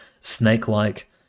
snake-like